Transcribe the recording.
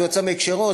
זה הוצא מהקשרו,